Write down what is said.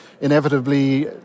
inevitably